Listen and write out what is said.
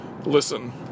listen